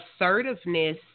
assertiveness